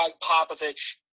Popovich